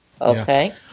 Okay